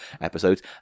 episodes